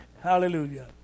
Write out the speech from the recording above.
Hallelujah